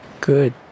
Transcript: Good